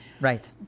right